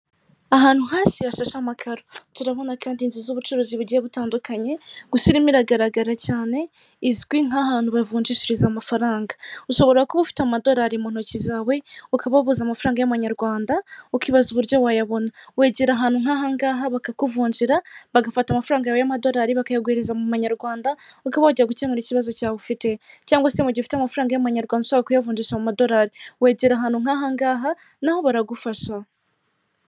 Ahantu hasi hashasha amakaro turabona kandidin inzu z'ubucuruzi bugiye butandukanye gu gusarimo iragaragara cyane izwi nk'ahantu bavunjishiriza amafaranga ushobora kuba ufite amadolari mu ntoki zawe ukababuza amafaranga y'amanyarwanda ukibaza uburyo wayabona wegera ahantu nk'ahangaha bakakuvunjira bagafata amafaranga y'amadolari bakayaguhereza mu manyarwanda ukaba wajya gukemura ikibazo cyawe ufite cyangwa se mu gihe ufite amafaranga y'abanyarwanda ushobora kuyavujisha amadorari wegere ahantu nk'ahangaha naho baragufasha.